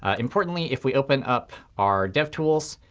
ah importantly, if we open up our dev tools,